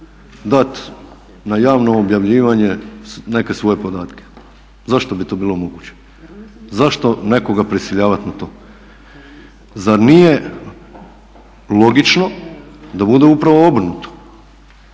dati na javno objavljivanje neke svoje podatke. Zašto bi to bilo moguće? Zašto nekoga prisiljavati na to? Zar nije logično da bude upravo obrnuto?